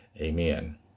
Amen